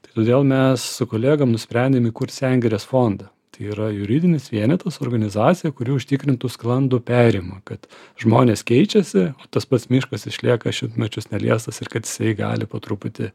tai todėl mes su kolegom nusprendėm įkurt sengirės fondą tai yra juridinis vienetas organizacija kuri užtikrintų sklandų perėjimą kad žmonės keičiasi tas pats miškas išlieka šimtmečius neliestas ir kad jisai gali po truputį